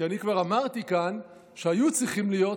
שאני כבר אמרתי כאן שהיו צריכים להיות,